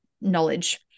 knowledge